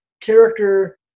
character